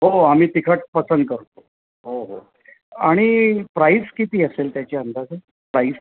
हो आम्ही तिखट पसंद करतो हो हो आणि प्राईज किती असेल त्याची अंदाजे प्राईस